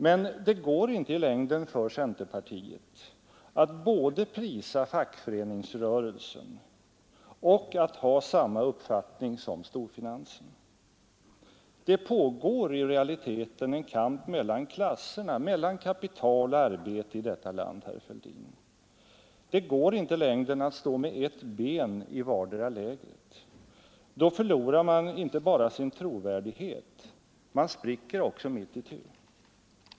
Men det går inte i längden för centerpartiet att både prisa fackföreningsrörelsen och ha samma uppfattning som storfinansen. Det pågår i realiteten en kamp mellan klasserna, mellan kapital och arbete i detta land, herr Fälldin. Det går inte i längden att stå med ett ben i vartdera lägret. Då förlorar man inte bara sin trovärdighet, man spricker också mitt itu.